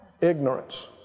Ignorance